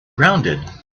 rounded